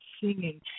singing